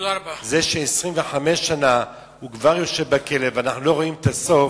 זה ש-25 שנה הוא יושב בכלא ואנחנו לא רואים את הסוף,